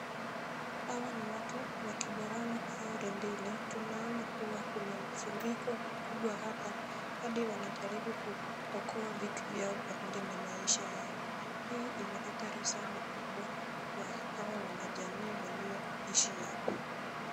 Hawa ni watu wa kiborana au rendile. Tunaona kuwa kuna mfuriko mkubwa hapa hadi wanajaribu kuokoa vitu vyao pamoja na maisha yao. Hii ina hatari sana kubwa kwa hawa wanajamii walioishi hapa.